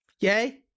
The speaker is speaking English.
Yay